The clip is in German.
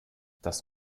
das